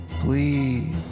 please